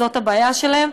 זאת הבעיה שלהם,